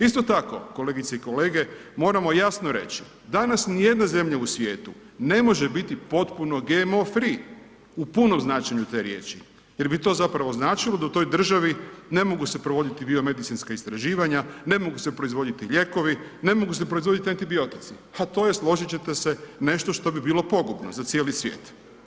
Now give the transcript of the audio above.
Isto tako, kolegice i kolege moramo jasno reći, danas nijedna zemlja u svijetu ne može biti potpuno GMO free u punom značenju te riječi jer bi to značilo da u toj državi ne mogu se provoditi biomedicinska istraživanja, ne mogu se proizvoditi lijekovi, ne mogu se proizvoditi antibiotici, a to je složit ćete se nešto što bi bilo pogubno za cijeli svijet.